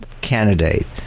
candidate